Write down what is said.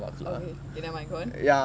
okay then nevermind go on